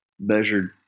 measured